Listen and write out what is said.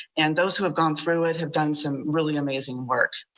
and those who have gone through it have done some really amazing work.